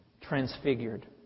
transfigured